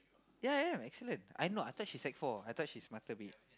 ya ya I'm excellent I know I thought she sec-four I thought she smarter a bit